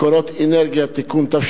הסביבה את הצעת חוק מקורות אנרגיה (תיקון),